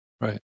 Right